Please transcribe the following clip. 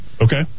Okay